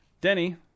Denny